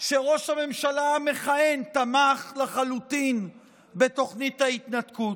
שראש הממשלה המכהן תמך לחלוטין בתוכנית ההתנתקות.